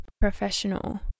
professional